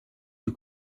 you